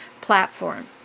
platform